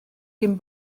cyn